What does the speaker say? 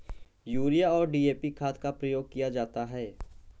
urea और DAP खाद का प्रयोग किया जाता है